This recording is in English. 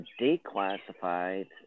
declassified